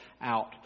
out